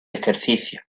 ejercicio